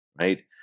right